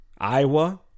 Iowa